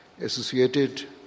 associated